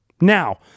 Now